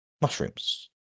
mushrooms